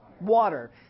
water